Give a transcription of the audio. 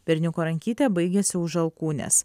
berniuko rankytė baigiasi už alkūnės